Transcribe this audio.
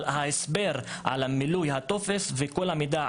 אבל ההסבר על מילוי הטופס וכול המידע,